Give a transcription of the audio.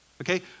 Okay